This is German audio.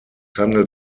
handelt